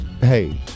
Hey